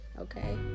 okay